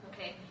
okay